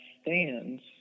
stands